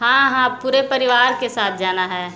हाँ हाँ पुरे परिवार के साथ जाना है